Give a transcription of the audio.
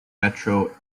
metro